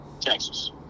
Texas